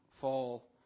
fall